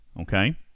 okay